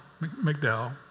McDowell